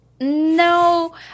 no